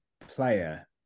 player